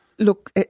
Look